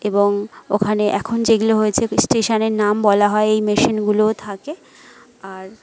এবং ওখানে এখন যেগুলো হয়েছে স্টেশানের নাম বলা হয় এই মেশিনগুলোও থাকে আর